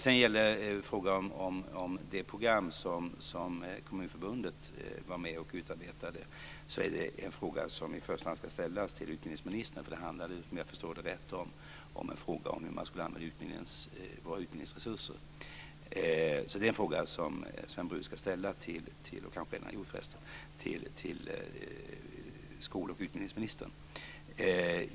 Frågan om det program som Kommunförbundet var med och utarbetade ska i första hand ställas till utbildningsministern. Om jag förstod det rätt handlade det om hur man skulle använda våra utbildningsresurser. Det är en fråga som Sven Brus ska ställa till skol och utbildningsministern, och det har han kanske redan gjort också.